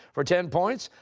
for ten points,